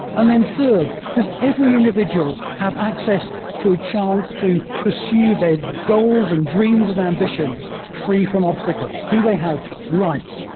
and then third, does every individual have access to a chance to pursue their goals and dreams and ambitions free from obstacles? do they have rights,